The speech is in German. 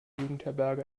jugendherberge